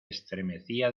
estremecía